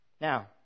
Now